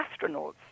astronauts